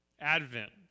advent